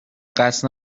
قصد